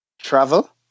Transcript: Travel